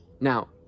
Now